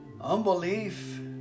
Unbelief